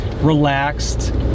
relaxed